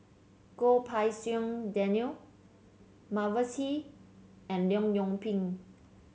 Goh Pei Siong Daniel Mavis Hee and Leong Yoon Pin